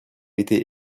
été